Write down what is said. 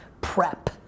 Prep